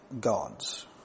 gods